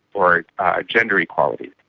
or gender equality.